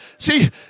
See